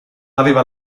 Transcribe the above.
aveva